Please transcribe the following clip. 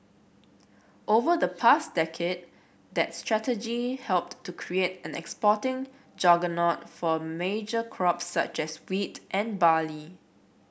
over the past decade that strategy helped to create an exporting juggernaut for major crops such as wheat and barley